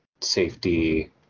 safety